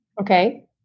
Okay